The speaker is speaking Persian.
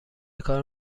کار